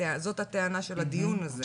זו הטענה של הדיון הזה.